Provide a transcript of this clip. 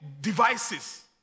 devices